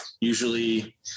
usually